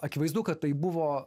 akivaizdu kad tai buvo